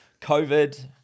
COVID